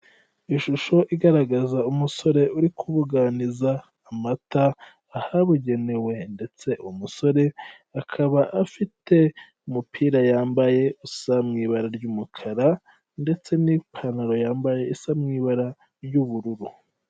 Ishusho igaragaza umusore uri kubuganiza amata ahabugenewe ndetse umusore akaba afite umupira yambaye usa mu ibabara ry'umukara ndetse n'ipantaro yambaye isa mu ibara ry'ubururu.